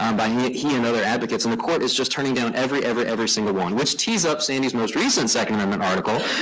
um by he and other advocates. and the court is just turning down every, every every single one. which tees up sandy's most recent second amendment article,